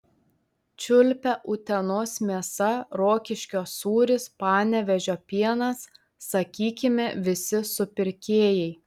čiulpia utenos mėsa rokiškio sūris panevėžio pienas sakykime visi supirkėjai